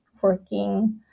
working